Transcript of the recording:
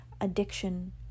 addiction